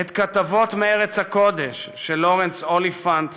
את "כתבות מארץ הקודש" של לורנס אוליפנט,